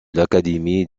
l’académie